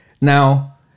Now